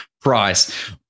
price